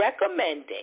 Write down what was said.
recommending